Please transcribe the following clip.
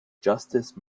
justice